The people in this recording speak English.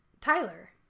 tyler